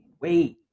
wait